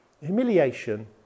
humiliation